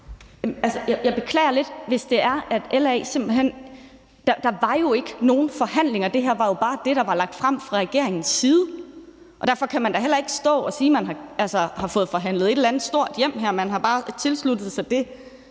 Kl. 17:38 Katrine Robsøe (RV): Der var jo ikke nogen forhandlinger. Det her var bare det, der var lagt frem fra regeringens side, og derfor kan man da heller ikke stå og sige, at man har altså har fået forhandlet et eller andet stort hjem. Man har bare tilsluttet sig det,